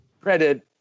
credit